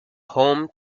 home